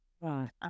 Right